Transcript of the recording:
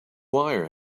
wire